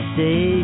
Stay